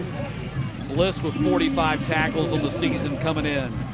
bliss with forty five tackles on the season coming in.